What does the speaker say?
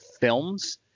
films